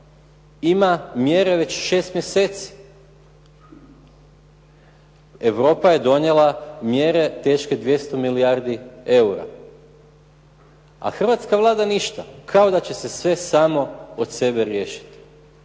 ima mjere već 6 mjeseci. Europa je donijela mjere teške 200 milijardi eura, a hrvatska Vlada ništa, kao da će se sve samo od sebe riješiti.